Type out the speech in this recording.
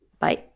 Bye